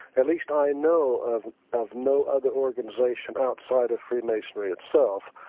at least i know of of no other organization outside of free masonry itself,